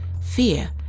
fear